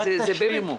זה במינימום.